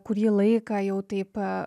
kurį laiką jau taip pat